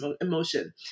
emotion